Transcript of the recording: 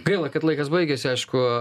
gaila kad laikas baigėsi aišku